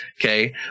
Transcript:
Okay